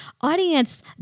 audience